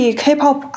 K-pop